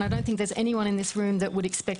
ואני לא חושבת שיש מישהו פה בחדר שמאמין